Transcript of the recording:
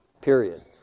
period